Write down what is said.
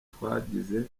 twagize